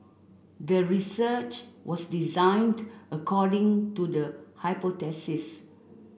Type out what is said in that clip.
the research was designed according to the hypothesis